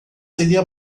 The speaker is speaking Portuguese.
seria